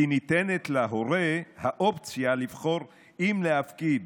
כי ניתנת להורה האופציה לבחור אם להפקיד